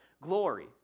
glory